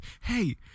Hey